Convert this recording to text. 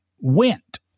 went